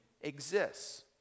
exists